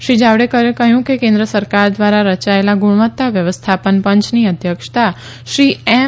શ્રી જાવડેકરે કહ્યું કે કેન્દ્ર સરકાર દ્વારા રચાયેલા ગુણવત્તા વ્યવસ્થાપન પંચની અધ્યક્ષતા શ્રી એમ